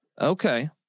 Okay